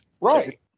right